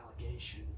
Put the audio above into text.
allegation